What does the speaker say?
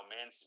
Man